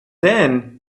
then